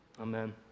Amen